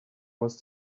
was